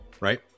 Right